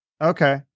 okay